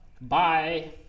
Bye